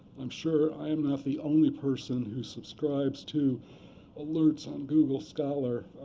i'm sure i'm not the only person who subscribes to alerts on google scholar.